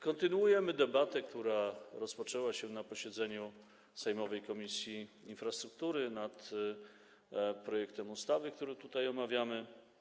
Kontynuujemy debatę, która rozpoczęła się na posiedzeniu sejmowej Komisji Infrastruktury, nad projektem ustawy, który omawiamy.